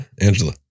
Angela